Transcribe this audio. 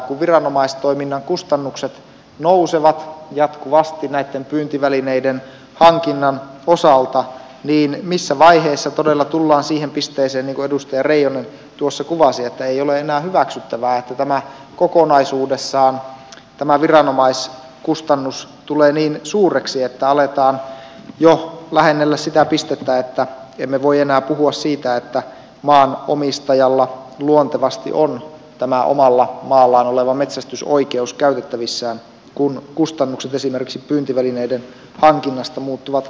kun viranomaistoiminnan kustannukset nousevat jatkuvasti näitten pyyntivälineiden hankinnan osalta niin missä vaiheessa todella tullaan siihen pisteeseen niin kuin edustaja reijonen tuossa kuvasi että ei ole enää hyväksyttävää että tämä viranomaiskustannus kokonaisuudessaan tulee niin suureksi että aletaan jo lähennellä sitä pistettä että emme voi enää puhua siitä että maanomistajalla luontevasti on tämä omalla maallaan oleva metsästysoikeus käytettävissään kun kustannukset esimerkiksi pyyntivälineiden hankinnasta muuttuvat kohtuuttomiksi